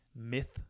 myth